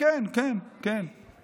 כן, כן, כן, כן.